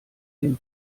den